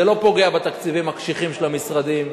זה לא פוגע בתקציבים הקשיחים של המשרדים,